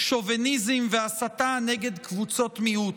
שוביניזם והסתה נגד קבוצות מיעוט.